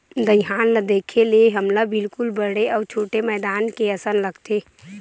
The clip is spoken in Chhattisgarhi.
दईहान ल देखे ले हमला बिल्कुल बड़े अउ छोटे मैदान के असन लगथे